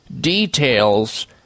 details